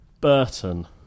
burton